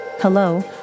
Hello